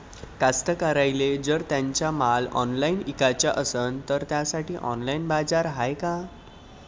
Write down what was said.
कास्तकाराइले जर त्यांचा माल ऑनलाइन इकाचा असन तर त्यासाठी ऑनलाइन बाजार हाय का?